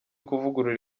kuvugurura